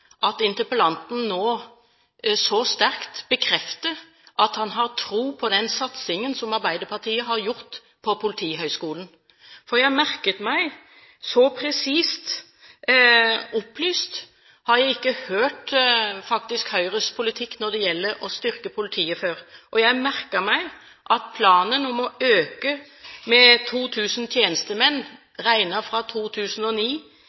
at interpellanten nå så sterkt bekrefter at han har tro på den satsingen som Arbeiderpartiet har gjort på Politihøgskolen. Jeg merket meg at så presist opplyst har jeg ikke hørt Høyres politikk når det gjelder å styrke politiet, før. Jeg merker meg at planen om å øke med 2 000 tjenestemenn, regnet fra 2009